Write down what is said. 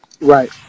Right